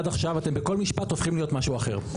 עד עכשיו אתם בכל משפט הופכים להיות משהו אחר.